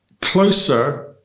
closer